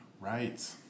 Right